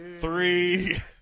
Three